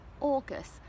August